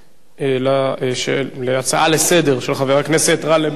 על הצעה לסדר-היום של חבר הכנסת גאלב מג'אדלה.